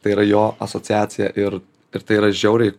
tai yra jo asociacija ir ir tai yra žiauriai